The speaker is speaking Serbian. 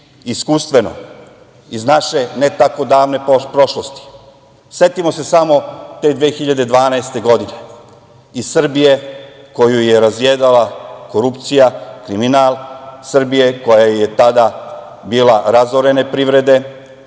iskustveno, iz naše ne tako davne prošlosti. Setimo se samo te 2012. godine i Srbije koju je razjedala korupcija, kriminal, Srbije koja je tada bila razorene privrede,